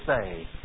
say